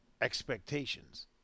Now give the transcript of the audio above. expectations